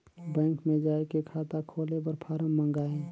Bank मे जाय के खाता खोले बर फारम मंगाय?